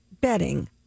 bedding